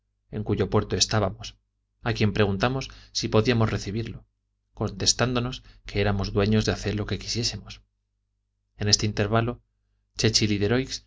en cuyo puerto estábamos a quien preguntamos si podíamos recibirlo contestándonos que éramos dueños de hacer lo que quisiésemos en este intervalo